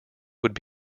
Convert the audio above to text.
would